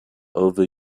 over